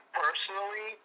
personally